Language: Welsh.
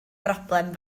broblem